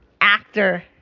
actor